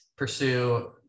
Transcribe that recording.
pursue